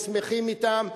ושמחים אתם,